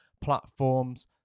platforms